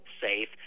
safe